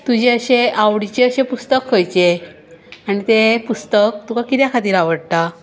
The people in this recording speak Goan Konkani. तुजें अशें आवडीचें अशें पुस्तक खंयचें आनी तें पुस्तक तुका कित्या खातीर आवडटां